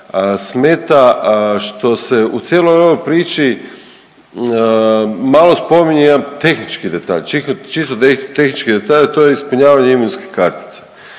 smeta što se u cijeloj ovoj priči malo spominje jedan tehnički detalj čisto tehnički detalj, a to je ispunjavanje imovinskih kartica.